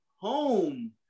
home